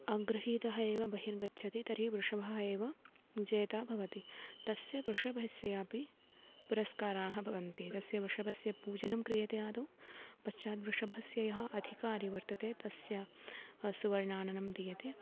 अग्रहीतः एव बहिर्गछति तर्हि वृषभः एव विजेता भवति तस्य वृषभस्यापि पुरस्काराः भवन्ति तस्य वृषभस्य पूजनं क्रियते आदौ पश्चात् वृषभस्य यः अधिकारी वर्तते तस्य सुवर्णाननं दीयते